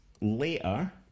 later